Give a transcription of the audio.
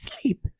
sleep